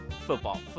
football